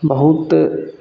बहुत